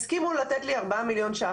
הסכימו לתת לי 4 מיליון ₪.